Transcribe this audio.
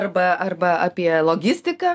arba arba apie logistiką